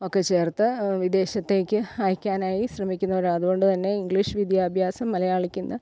ഒക്കെ ചേർത്ത് വിദേശത്തേക്ക് അയക്കാനായി ശ്രമിക്കുന്നവരാണ് അതുകൊണ്ടുതന്നെ ഇംഗ്ലീഷ് വിദ്യാഭ്യാസം മലയാളിക്കിന്ന്